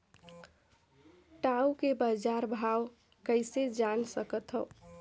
टाऊ के बजार भाव कइसे जान सकथव?